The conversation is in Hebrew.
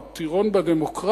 הוא טירון בדמוקרטיה?